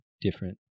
different